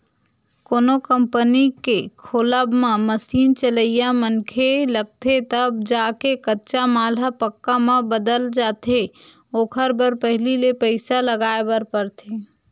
कोनो कंपनी के खोलब म मसीन चलइया मनखे लगथे तब जाके कच्चा माल ह पक्का म बदल पाथे ओखर बर पहिली ले पइसा लगाय बर परथे